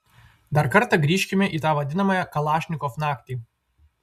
dar kartą grįžkime į tą vadinamąją kalašnikov naktį